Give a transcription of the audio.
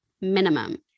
minimum